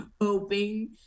hoping